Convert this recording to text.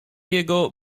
jego